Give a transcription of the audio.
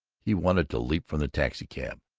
he wanted to leap from the taxicab,